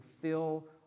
fill